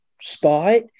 spot